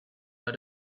how